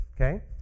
okay